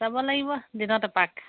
যাব লাগিব দিনতে এপাক